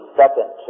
second